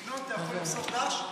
ינון, אתה יכול למסור ד"ש?